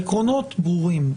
העקרונות ברורים.